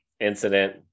incident